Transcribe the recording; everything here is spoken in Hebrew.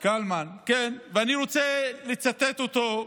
אני רוצה לצטט אותו,